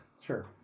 Sure